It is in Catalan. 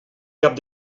cap